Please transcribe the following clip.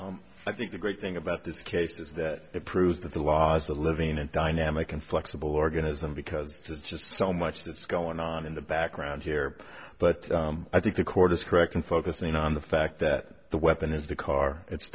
you i think the great thing about this case is that it proves that there was a living and dynamic and flexible organism because it's just so much that's going on in the background here but i think the court is correct in focusing on the fact that the weapon is the car it's